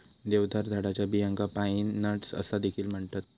देवदार झाडाच्या बियांका पाईन नट्स असा देखील म्हणतत